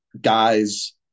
guys